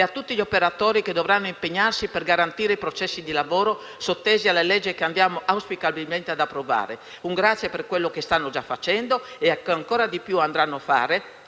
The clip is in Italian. a tutti gli operatori che dovranno impegnarsi per garantire i processi di lavoro sottesi al provvedimento che andiamo auspicabilmente ad approvare. Un grazie per quello che stanno già facendo e che ancora di più andranno a fare